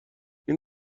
این